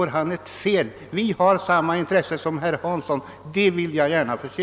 Jag vill gärna försäkra att vi har samma intresse som herr Hansson i Skegrie.